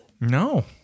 No